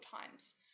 times